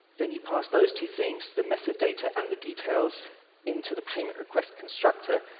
then you parse those two things, the methoddata and the details into the payment request constructor,